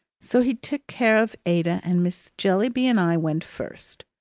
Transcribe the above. so he took care of ada, and miss jellyby and i went first.